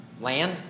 Land